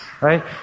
Right